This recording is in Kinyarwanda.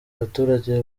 abaturage